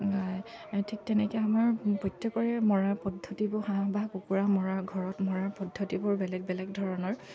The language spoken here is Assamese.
ঠিক তেনেকৈ আমাৰ প্ৰত্যেকৰে মৰা পদ্ধতিবোৰ হাঁহ বা কুকুৰা মৰা ঘৰত মৰাৰ পদ্ধতিবোৰ বেলেগ বেলেগ ধৰণৰ